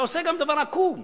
אתה עושה גם דבר עקום.